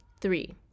Three